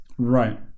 Right